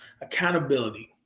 accountability